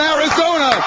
Arizona